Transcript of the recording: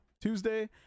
Tuesday